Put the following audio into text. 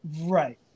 right